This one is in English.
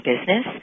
Business